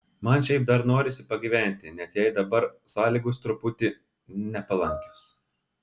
man šiaip dar norisi pagyventi net jei dabar sąlygos truputį nepalankios